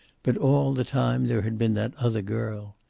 but all the time there had been that other girl.